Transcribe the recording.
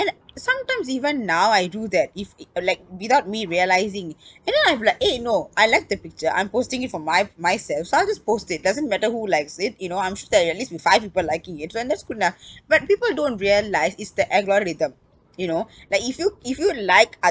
and sometimes even now I do that if uh like without me realising and then I'm like eh no I like the picture I'm posting it for my myself so I'll just post it doesn't matter who likes it you know I'm sure there is at least five people liking it so and that's good enough but people don't realise it's the algorithm you know like if you if you like